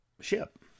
ship